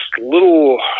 little